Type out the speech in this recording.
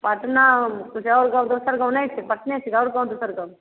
पटनामे किछु आओर गाम दोसर गाम नहि छै पटने छै आओर गाम दोसर गाम